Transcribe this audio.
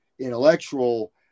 intellectual